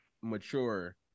mature